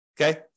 okay